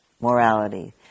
morality